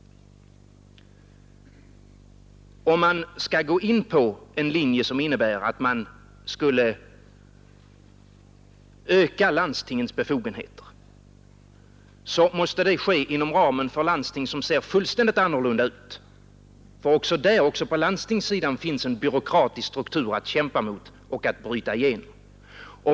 Om man skulle gå in för en linje som innebär att landstingens befogenheter ökas, måste det ske inom ramen för landsting som ser helt annorlunda ut än de nuvarande. Det finns nämligen också på landstingssidan en byråkratisk struktur att kämpa mot och att bryta igenom.